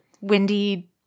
windy